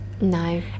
No